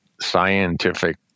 scientific